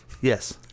Yes